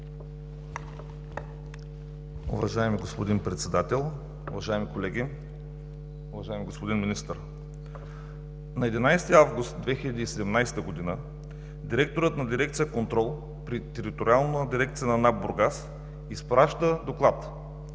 Уважаеми господин Председател, уважаеми колеги, уважаеми господин Министър! На 11 август 2017 г. директорът на Дирекция „Контрол“ при Териториална дирекция на НАП Бургас, изпраща доклад